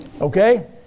Okay